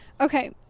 okay